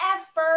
effort